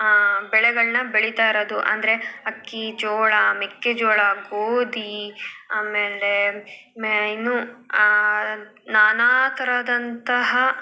ಬೆಳೆಗಳನ್ನ ಬೆಳೀತಾ ಇರೋದು ಅಂದರೆ ಅಕ್ಕಿ ಜೋಳ ಮೆಕ್ಕೆಜೋಳ ಗೋಧಿ ಆಮೇಲೆ ಇನ್ನೂ ನಾನಾ ತರಹದಂತಹ